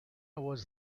was